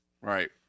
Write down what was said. Right